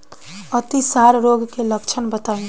अतिसार रोग के लक्षण बताई?